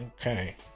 Okay